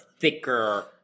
thicker